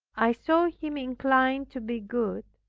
i saw him inclined to be good